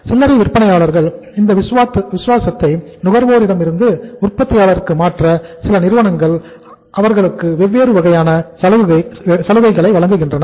சில்லறை விற்பனையாளர்கள் இந்த விசுவாசத்தை நுகர்வோரிடம் இருந்து உற்பத்தியாளருக்கு மாற்ற சில நிறுவனங்கள் அவர்களுக்கு வெவ்வேறு வகையான சலுகைகளை வழங்குகின்றன